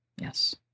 Yes